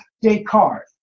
Descartes